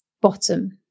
bottom